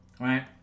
right